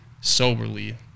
soberly